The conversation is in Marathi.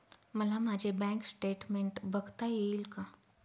मला माझे बँक स्टेटमेन्ट बघता येईल का?